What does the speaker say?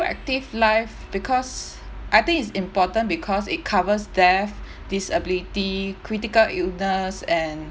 PruActive Life because I think is important because it covers death disability critical illness and